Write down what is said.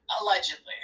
allegedly